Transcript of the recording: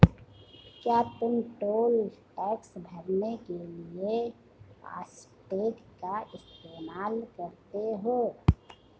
क्या तुम toll tax भरने के लिए फासटेग का इस्तेमाल करते हो?